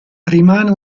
rimane